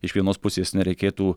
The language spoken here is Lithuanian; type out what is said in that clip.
iš vienos pusės nereikėtų